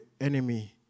enemy